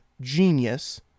genius